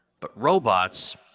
but robots.